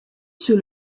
sur